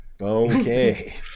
Okay